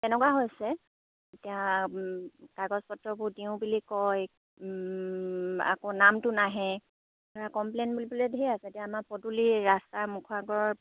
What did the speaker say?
তেনেকুৱা হৈছে এতিয়া কাগজ পত্ৰবোৰ দিওঁ বুলি কয় আকৌ নামটো নাহে কমপ্লেইন বুলিবলৈ ধেৰ আছে এতিয়া আমাৰ পদূলি ৰাস্তা মুখৰ আগৰ